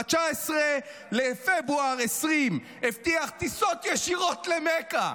ב-19 בפברואר 2020 הבטיח טיסות ישירות למכה.